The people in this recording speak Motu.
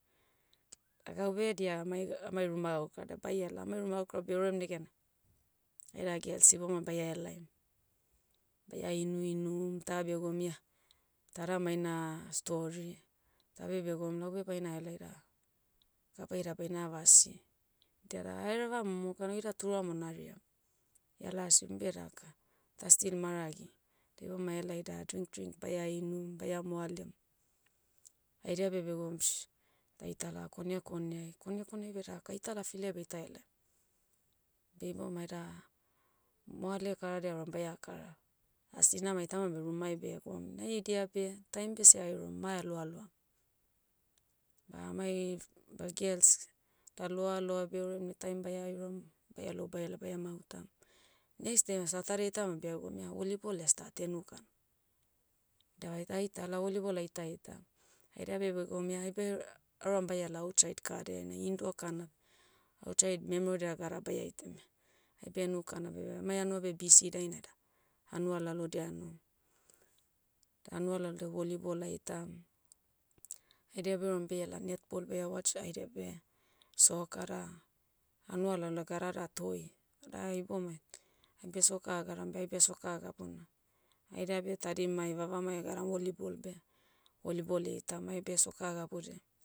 Ah gaube dia amai ga- amai ruma gaukarada baiala amai ruma gaukara beorem negena, aida gels siboma baia helaim. Baia inuinum, ta begoum ia, tada maina, story. Tabe begoum laube baina helai da, gabei da baina vasi. Diada ahereva momokan oida turam onariam. Ia lasi umbe daka, ta still maragi. Da ibomai helai da drink drink baia inum baia moalem. Haidia beh begoum sh, daitala kone koneai. Kone koneai beh dak aitala filiai baita helai. Beh iboumai da, moale karadia auram baia kara. Ah sinamai tamam beh rumai beh egoum na idia beh. Time beh sea erom ma eloaloam. Ma amai, f- ba- gels. Da loaloa beorem beh time baia erom, baia lou baiala baia mautam. Nexde a satade tama begom ia volleyball stat henu kana. Dia vait- aitala volleyball aita ita. Haida beh begoum ia aibe, aurama baiala outside kade na indo kana. Outside memero dia gada baia itam ia, aibe henu kana beh emai hanua beh bisi dainai da, hanua lalodia anom. Da hanua lalodia volleyball aitam, haida beh eruam beiela netball beie watch haida beh, soka da, hanua lalna gadara toi. Da ai ibomai, aibe soka agadam beh aibe soka gabuna. Haida beh tadimai vavamai egadam volleyball beh, volleyball eitam aibe soka gabudiai.